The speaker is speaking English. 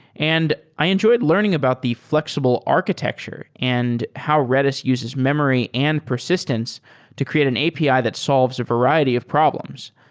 and i enjoyed learning about the flexible architecture and how redis uses memory and persistence to create an api that solves a variety of problems.